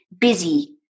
busy